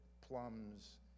plums